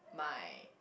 my